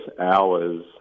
hours